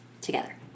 Together